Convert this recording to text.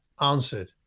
answered